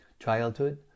Childhood